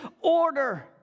order